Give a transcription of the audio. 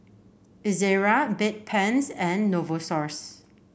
Ezerra Bedpans and Novosource